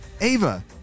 Ava